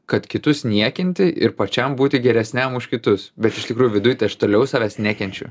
kad kitus niekinti ir pačiam būti geresniam už kitus bet iš tikrųjų viduj tai aš toliau savęs nekenčiu